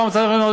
פם,